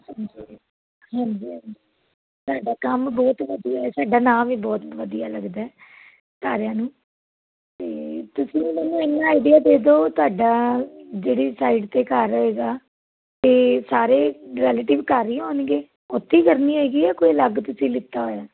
ਹਾਂਜੀ ਹਾਂਜੀ ਹਾਂਜੀ ਸਾਡਾ ਕੰਮ ਬਹੁਤ ਵਧੀਆ ਏ ਸਾਡਾ ਨਾਂਅ ਵੀ ਬਹੁਤ ਵਧੀਆ ਲੱਗਦਾ ਐ ਸਾਰਿਆਂ ਨੂੰ ਤੇ ਤੁਸੀਂ ਮੈਨੂੰ ਐਨਾ ਆਈਡੀਆ ਦੇ ਦੋ ਤੁਹਾਡਾ ਜਿਹੜੇ ਸਾਈਡ ਤੇ ਘਰ ਹੋਏਗਾ ਤੇ ਸਾਰੇ ਰੈਲੇਟਿਵ ਘਰ ਈ ਆਉਣਗੇ ਓਥੇ ਈ ਕਰਨੀ ਹੈਗੀ ਕੋਈ ਅਲੱਗ ਤੁਸੀਂ ਲਿੱਤਾ ਹੋਇਆ